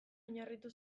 oinarritu